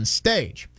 stage